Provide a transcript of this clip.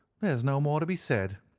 there's no more to be said,